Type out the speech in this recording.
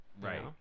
Right